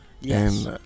Yes